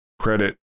credit